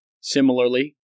Similarly